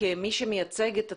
כמי שמייצג את הציבור,